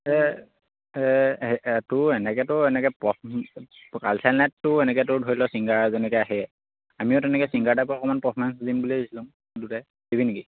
তো এনেকৈতো এনেকৈ কালচাৰ নাইটতো এনেকৈতো ধৰি লওক চিংগাৰ যেনেকৈ আহে আমিও তেনেকৈ চিংগাৰ টাইপৰ অকণমান পাৰ্ফমেঞ্চ দিম বুলি ভাবিছিলোঁ দুটাই দিবি নেকি